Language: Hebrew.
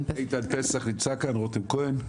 פיזית הם לא כאן.